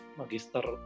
magister